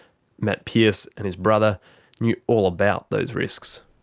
matt pearce and his brother knew all about those risks.